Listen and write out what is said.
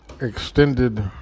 extended